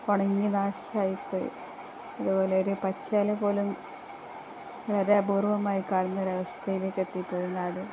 ഉണങ്ങി നാശമായിപ്പോയി അതുപോലെയൊരു പച്ചില പോലും വളരെ അപൂർവ്വമായി കാണുന്നൊരു അവസ്ഥയിലേക്ക് എത്തി ഇപ്പോള് നാട്